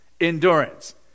endurance